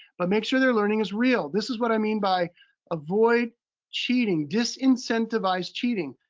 but make sure their learning is real. this is what i mean by avoid cheating, disincentivize cheating.